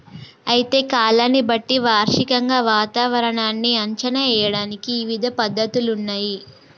అయితే కాలాన్ని బట్టి వార్షికంగా వాతావరణాన్ని అంచనా ఏయడానికి ఇవిధ పద్ధతులున్నయ్యి